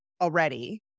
already